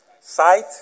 sight